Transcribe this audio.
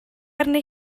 arni